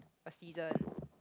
a season